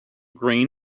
green